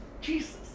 Jesus